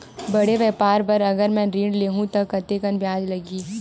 बड़े व्यापार बर अगर मैं ऋण ले हू त कतेकन ब्याज लगही?